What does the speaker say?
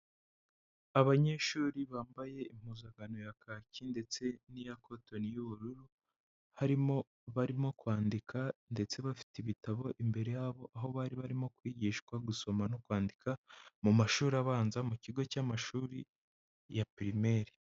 Abanyeshuri bambaye impuzankano ya kaki ndetse n'iya cotton y'ubururu, harimo abarimo kwandika ndetse bafite ibitabo imbere yabo aho bari barimo kwigishwa gusoma no kwandika, mu mashuri abanza mu kigo cy'amashuri ya primaire.